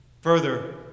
Further